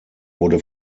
wurde